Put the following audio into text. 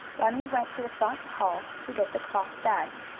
bunny went to the front hall to get the cloth bags.